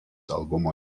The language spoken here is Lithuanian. albumo